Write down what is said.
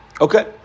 Okay